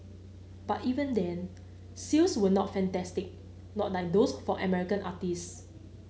but even then sales were not fantastic not like those for American artistes